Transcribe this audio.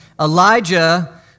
Elijah